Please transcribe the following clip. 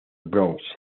bronx